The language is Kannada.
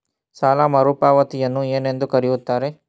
ಸಾಲ ಮರುಪಾವತಿಯನ್ನು ಏನೆಂದು ಕರೆಯುತ್ತಾರೆ?